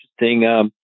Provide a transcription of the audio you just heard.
interesting